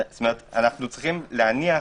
אנחנו צריכים להניח